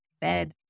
bed